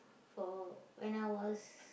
for when I was